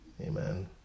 Amen